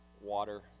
water